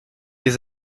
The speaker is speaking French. les